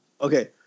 Okay